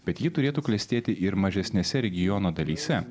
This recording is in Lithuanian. bet ji turėtų klestėti ir mažesnėse regiono dalyse